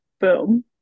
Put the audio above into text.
Boom